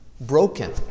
broken